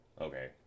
Okay